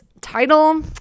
title